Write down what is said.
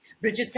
Bridget